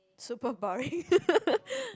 super boring